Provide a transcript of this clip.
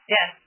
Yes